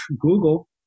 Google